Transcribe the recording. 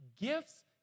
gifts